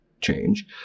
change